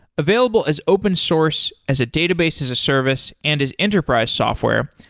available as open source as a database as a service and as enterprise software,